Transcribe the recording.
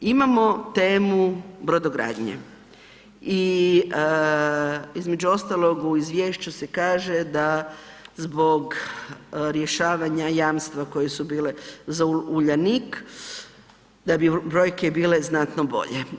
Imamo temu brodogradnje i između ostalog u izvješću se kaže da zbog rješavanja jamstva koja su bile za Uljanik da bi brojke bile znatno bolje.